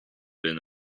been